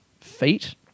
feet